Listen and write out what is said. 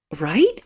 Right